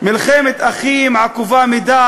מלחמת אחים עקובה מדם